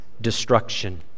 destruction